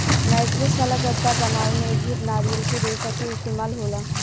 mattress वाला गद्दा बनावे में भी नारियल के रेशा के इस्तेमाल होला